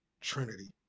trinity